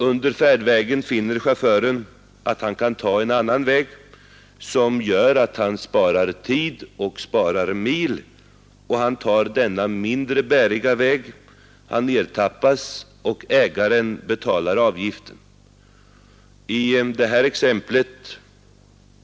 Under färdvägen finner chauffören att han kan ta en annan väg som gör att han sparar mil och tid, och han tar denna mindre bäriga väg. Han ertappas, och ägaren får betala avgiften.